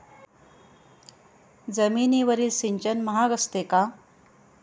जमिनीवरील सिंचन महाग असते का?